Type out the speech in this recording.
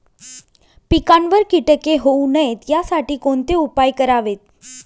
पिकावर किटके होऊ नयेत यासाठी कोणते उपाय करावेत?